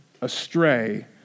astray